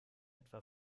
etwa